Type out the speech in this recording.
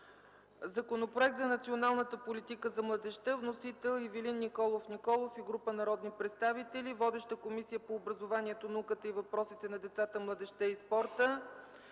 Законопроект за Националната политика за младежта. Вносител е Ивелин Николов Николов и група народни представители. Водеща е Комисията по образованието, науката и въпросите на децата, младежта и спорта.